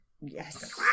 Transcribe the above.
Yes